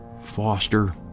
foster